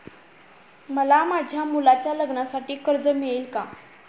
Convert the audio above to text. मला माझ्या मुलाच्या लग्नासाठी कर्ज मिळेल का?